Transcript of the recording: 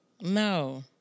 No